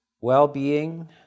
well-being